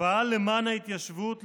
פעל למען ההתיישבות,